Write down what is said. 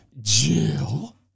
Jill